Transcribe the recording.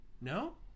No